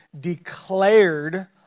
declared